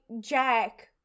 jack